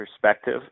perspective